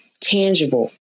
tangible